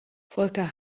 volker